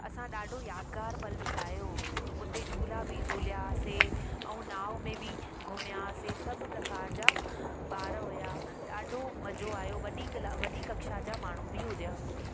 असां ॾाढो यादगार पल बितायो हुओ उहो उते झूला बि झूलियासीं ऐं नाव में बि घुमियासीं सभ प्रकार जा ॿार हुआ ॾाढो मज़ो आहियो वॾी कला वॾी कक्षा जा माण्हू बि हुआ हुते